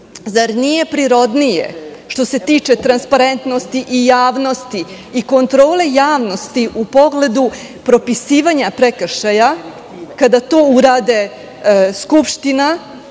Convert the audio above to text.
Zar nije prirodnije što se tiče transparentnosti, javnosti i kontrole javnosti u pogledu propisivanja prekršaja, kada to urade skupština,